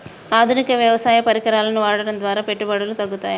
ఆధునిక వ్యవసాయ పరికరాలను వాడటం ద్వారా పెట్టుబడులు తగ్గుతయ?